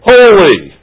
Holy